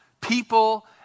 people